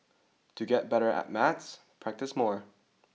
to get better at maths practise more